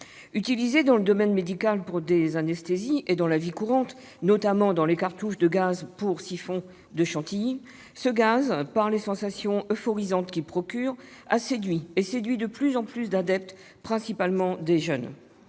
Utilisé dans le domaine médical pour pratiquer des anesthésies et dans la vie courante, notamment dans les siphons servant à faire de la crème chantilly, ce gaz, par les sensations euphorisantes qu'il procure, séduit de plus en plus d'adeptes, principalement des jeunes.